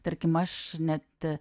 tarkim aš net